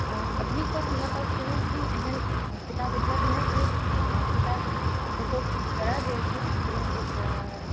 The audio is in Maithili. अभी तऽ हमरा पास कोनो भी एहन किताब उपलब्ध नहि छै ओ किताब कतहु हेरा गेल छै कोनो एक